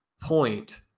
point